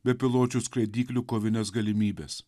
bepiločių skraidyklių kovines galimybes